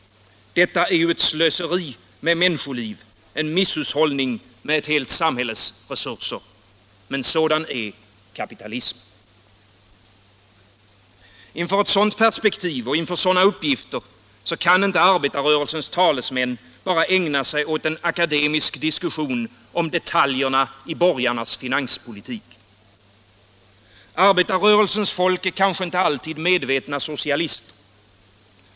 Detta är ett slöseri med människoliv, en misshushållning med ett helt samhälles resurser. Men sådan är kapitalismen. Inför ett sådant perspektiv, inför sådana uppgifter, kan inte arbetarrörelsens talesmän bara ägna sig åt en akademisk diskussion om detaljer i borgarnas finanspolitik. Arbetarrörelsens folk är kanske inte alltid medvetna socialister.